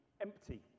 empty